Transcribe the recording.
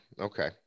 okay